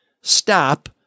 stop